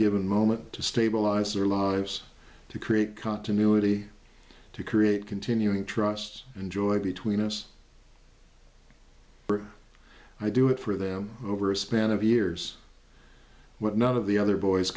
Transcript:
given moment to stabilize their lives to create continuity to create continuing trusts and joy between us i do it for them over a span of years but none of the other boys